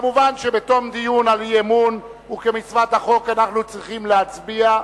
מובן שבתום דיון על אי-אמון וכמצוות החוק אנחנו צריכים להצביע,